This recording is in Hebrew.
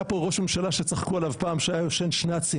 היה פה ראש ממשלה שצחקו עליו פעם שהוא היה ישן שנ"צים,